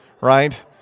right